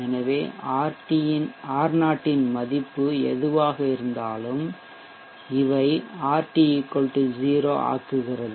எனவே R0 இன் மதிப்பு எதுவாக இருந்தாலும் இவை RT 0 ஆக்குகிறது